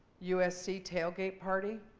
usc tailgate party.